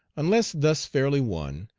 unless thus fairly won,